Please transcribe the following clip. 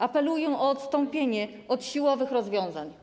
Apeluję od odstąpienie od siłowych rozwiązań.